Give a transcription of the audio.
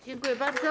Dziękuję bardzo.